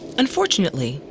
unfortunately,